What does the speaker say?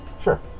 Sure